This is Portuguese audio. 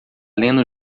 lendo